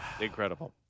Incredible